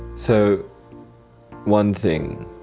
so one thing,